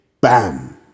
bam